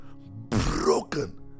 broken